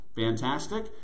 Fantastic